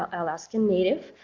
ah alaskan native,